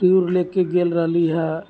tour लऽ कऽ गेल रहली हँ